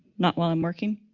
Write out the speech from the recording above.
not while i'm working.